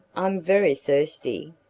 i'm very thirsty!